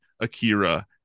Akira